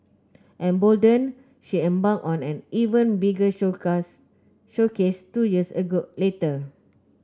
emboldened she embarked on an even bigger showcase two years later